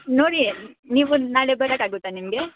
ನೋಡಿ ನೀವು ನಾಳೆ ಬರೋಕಾಗುತ್ತ ನಿಮಗೆ